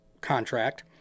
contract